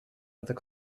other